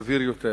סביר יותר,